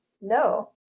No